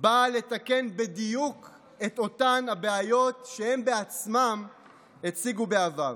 באה לתקן בדיוק את אותן הבעיות שהם בעצמם הציגו בעבר.